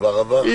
כבר עבר חצי יום.